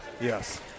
Yes